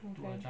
okay